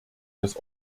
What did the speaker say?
des